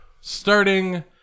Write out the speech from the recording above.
starting